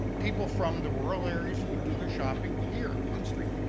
people from the rural areas would do their shopping here at queen street.